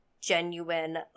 genuine